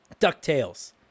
DuckTales